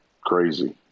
crazy